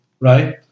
right